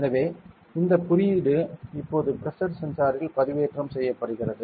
எனவே இந்த குறியீடு இப்போது பிரஷர் சென்சாரில் பதிவேற்றம் செய்யப்படுகிறது